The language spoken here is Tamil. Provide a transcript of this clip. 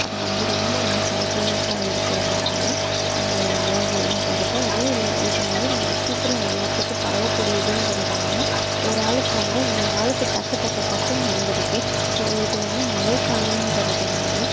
அது வந்து ரொம்ப அன்ஹைஜீனிக்காக இருக்கிறதுனால அந்த நோய்கள்லாம் வருது அதுவும் இல்லை இது வந்து சீக்கிரம் எல்லாருத்துக்கும் பரவக்கூடியதுங்கிறதுனால ஒரு ஆளுக்கு வந்தா இன்னொரு ஆளுக்கு டக்கு டக்கு டக்குன்னு வந்துருது ஸோ இது வந்து மழை காலம்ங்கிறதுனால